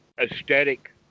aesthetic